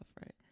right